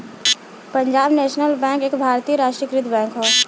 Punjab national bank एक भारतीय राष्ट्रीयकृत बैंक हौ